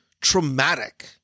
traumatic